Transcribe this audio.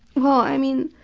well i mean